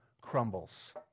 crumbles